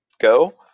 go